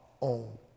own